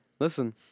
Listen